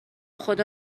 خدا